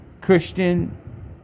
Christian